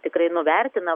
tikrai nuvertina